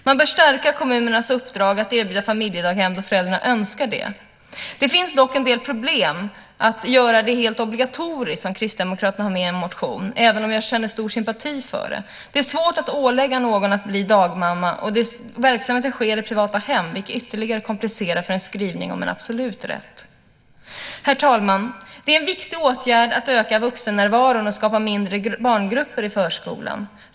Man bör stärka kommunernas uppdrag att erbjuda familjedaghem då föräldrarna önskar det. Det finns dock en del problem med att göra det helt obligatoriskt, som Kristdemokraterna har med i en motion, även om jag känner stor sympati för det. Det är svårt att ålägga någon att bli dagmamma. Verksamheten sker i privata hem, vilket ytterligare komplicerar för en skrivning om en absolut rätt. Herr talman! Det är en viktig åtgärd att öka vuxennärvaron och skapa mindre barngrupper i förskolan.